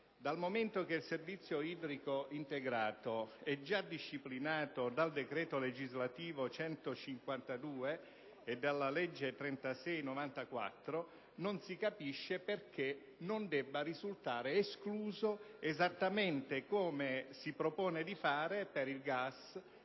Dal momento che il servizio idrico integrato è già disciplinato dal decreto legislativo n. 152 del 2006 e dalla legge n. 36 del 1994, non si capisce perché non debba risultare escluso, esattamente come si propone di fare per il gas,